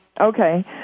Okay